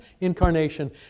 incarnation